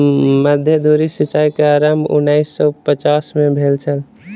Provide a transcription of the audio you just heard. मध्य धुरी सिचाई के आरम्भ उन्नैस सौ पचास में भेल छल